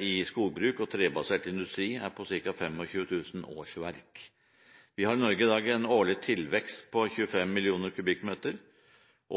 i skogbruk og trebasert industri er på ca. 25 000 årsverk. Vi har i Norge i dag en årlig tilvekst på 25 mill. m3